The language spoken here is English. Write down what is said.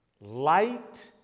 light